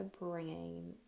bringing